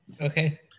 Okay